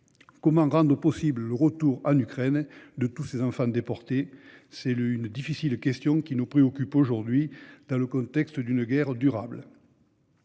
Comment rendre possible le retour en Ukraine de tous ces enfants déportés ? C'est la difficile question qui nous préoccupe aujourd'hui, dans le contexte d'une guerre durable.